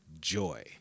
joy